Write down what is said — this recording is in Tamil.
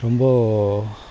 ரொம்ப